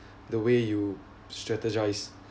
the way you strategize